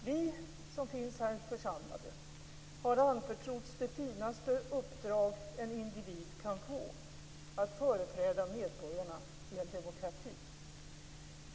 Vi som finns här församlade har anförtrotts det finaste uppdrag en individ kan få: att företräda medborgarna i en demokrati.